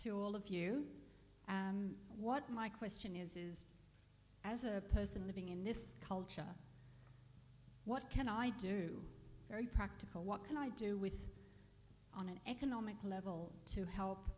to all of you and what my question is as a person living in this culture what can i do very practical what can i do with on an economic level to help